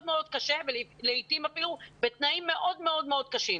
מאוד קשה ולעיתים אפילו בתנאים מאוד מאוד קשים,